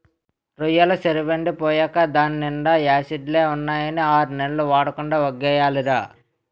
రొయ్యెల సెరువెండి పోయేకా దాన్నీండా యాసిడ్లే ఉన్నాయని ఆర్నెల్లు వాడకుండా వొగ్గియాలిరా